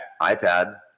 iPad